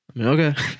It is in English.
Okay